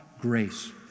grace